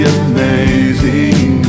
amazing